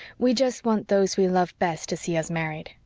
we just want those we love best to see us married.